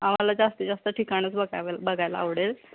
आम्हाला जास्तीत जास्त ठिकाणंच बघावं बघायला आवडेल